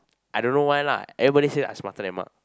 I don't know why lah everybody say I smarter than Mark